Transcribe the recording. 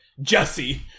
Jesse